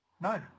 No